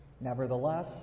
Nevertheless